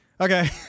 okay